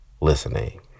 listening